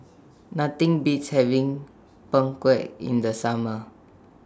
Nothing Beats having Png Kueh in The Summer